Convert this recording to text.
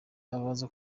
abaza